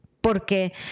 Porque